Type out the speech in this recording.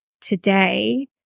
today